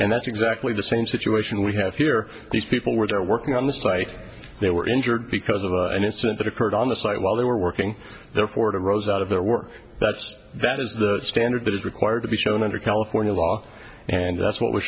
and that's exactly the same situation we have here these people were working on the site they were injured because of an incident that occurred on the site while they were working therefore to rose out of their work that's that is the standard that is required to be shown under california law and that's what was